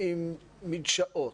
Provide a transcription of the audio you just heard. עם מדשאות,